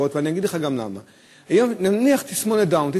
מוגבלות להגיע פעם בשבוע למסגרת לקבל טיפולים